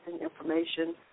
information